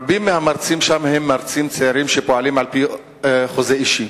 רבים מהמרצים שם הם מרצים צעירים שפועלים על-פי חוזה אישי.